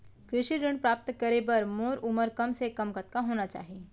कृषि ऋण प्राप्त करे बर मोर उमर कम से कम कतका होना चाहि?